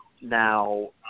now